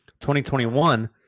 2021